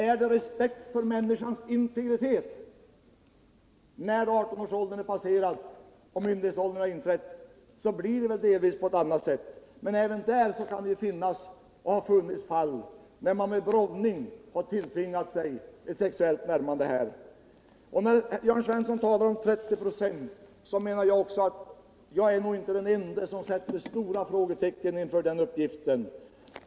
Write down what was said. Är detta respekt för människans integritet? När 18-årsåldern är passerad och myndighetsåldern inträtt blir det väl delvis på ett annat sätt, men även då har det funnits och kan finnas fall där man med browning tilltvingat sig sexuellt umgänge. Jörn Svensson anger siffran 30 96. Men jag är nog inte den enda som sätter ett stort frågetecken inför den uppgiften.